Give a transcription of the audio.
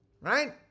right